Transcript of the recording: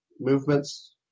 movements